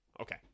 okay